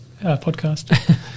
podcast